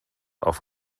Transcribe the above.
auf